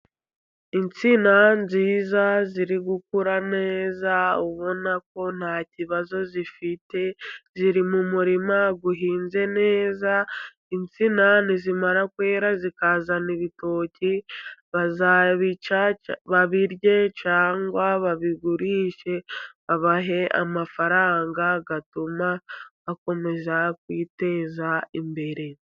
Insina nziza ziri gukura neza, ubona ko nta kibazo zifite. Ziri mu murima uhinze neza. insina nizimara kwera zikazana ibitoki bazabica babirye, cyangwa babigurishe babahe amafaranga atuma bakomeza kwiteza imbere.